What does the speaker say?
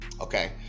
okay